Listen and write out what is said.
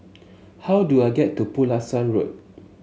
how do I get to Pulasan Road